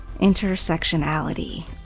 Intersectionality